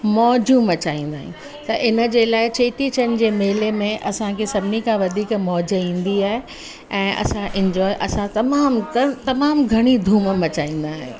मौजू मचाईंदा आहियूं त इन जे लाइ चेटीचंड जे मेले में असांखे सभिनी खां वधीक मौज ईंदी आहे ऐं असां इंजॉय असां तमामु तमामु घणी धूम मचाईंदा आहियूं